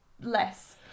less